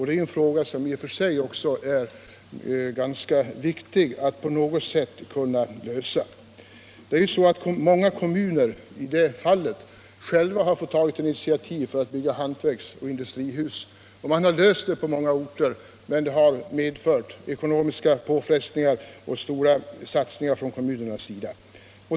Det är en ganska viktig fråga och ett problem som bör lösas på något sätt. Många kommuner har själva fått ta initiativ till byggande av hantverksoch industrihus, och på många orter har man också löst problemet, men det har inte skett utan starka ekonomiska påfrestningar och stora satsningar från kommunernas sida.